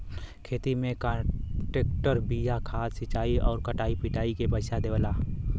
खेती में कांट्रेक्टर बिया खाद सिंचाई आउर कटाई पिटाई के पइसा देवला